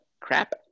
crap